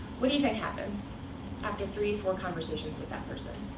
what do you think happens after three, four conversations with that person?